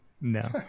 No